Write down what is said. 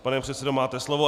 Pane předsedo, máte slovo.